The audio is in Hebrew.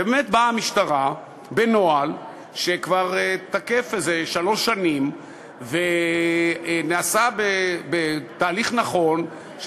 ובאמת באה המשטרה בנוהל שכבר תקף זה שלוש שנים ונעשה בתהליך נכון,